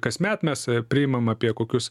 kasmet mes priimam apie kokius